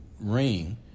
ring